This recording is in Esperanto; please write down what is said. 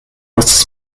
estas